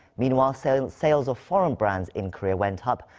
meawhile, sales sales of foreign brands in korea went up,